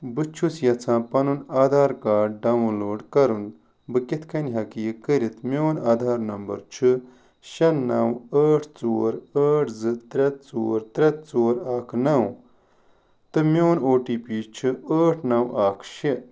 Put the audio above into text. بہٕ چھُس یژھان پنُن آدھار کارڈ ڈاوُن لوڈ کرُن بہٕ کتھ کٔنۍ ہیٚکہٕ یہ کٔرتھ میٛون آدھار نمبر چھُ شےٚ نَو ٲٹھ ژور ٲٹھ زٕ ترٛےٚ ژور ترٛےٚ ژور اکھ نَو تہٕ میٛون او ٹی پی چھُ ٲٹھ نَو اکھ شےٚ